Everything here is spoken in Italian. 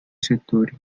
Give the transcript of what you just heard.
settori